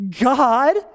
God